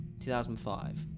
2005